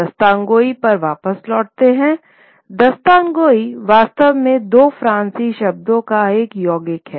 दास्तानगोई पर वापस लौटते हुए दास्तानगोई वास्तव में दो फारसी शब्दों का एक यौगिक है